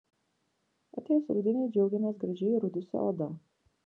atėjus rudeniui džiaugiamės gražiai įrudusia oda